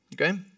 Okay